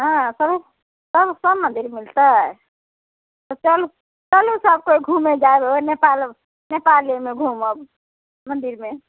हँ कहु कहु सभ मंदिर मिलतै तऽ चलु चलु सभ केओ घूमै जाएब नेपाल नेपालमे घूमब मंदिरमे